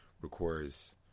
requires